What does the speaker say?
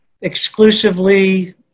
exclusively